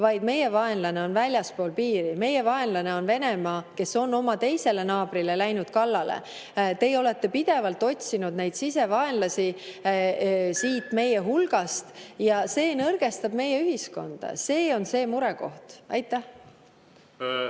vaid meie vaenlane on teisel pool piiri. Meie vaenlane on Venemaa, kes on oma teisele naabrile kallale läinud. Te olete pidevalt otsinud sisevaenlasi siit meie hulgast ja see nõrgestab meie ühiskonda. See on see murekoht.